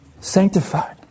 sanctified